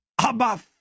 Abba